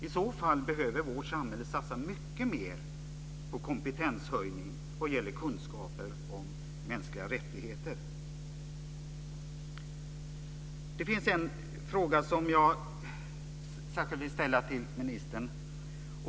I så fall behöver vårt samhälle satsa mycket mer på kompetenshöjning vad gäller kunskap om mänskliga rättigheter. Det finns en fråga som jag särskilt vill ställa till ministern.